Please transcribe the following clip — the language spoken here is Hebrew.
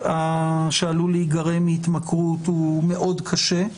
שעלול להיגרם מהתמכרות הוא מאוד קשה.